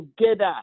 together